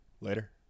later